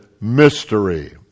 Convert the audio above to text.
mystery